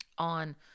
on